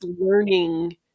learning